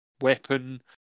weapon